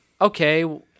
okay